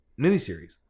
miniseries